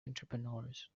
entrepreneurs